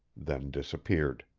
then disappeared.